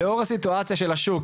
לאור הסיטואציה של השוק,